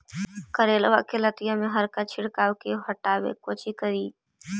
करेलबा के लतिया में हरका किड़बा के हटाबेला कोची करिए?